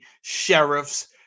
sheriffs